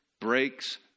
breaks